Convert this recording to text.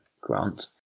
Grant